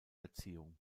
erziehung